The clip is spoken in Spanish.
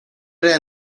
era